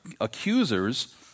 accusers